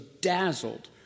dazzled